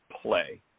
play